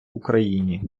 україні